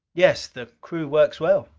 yes. the crew works well.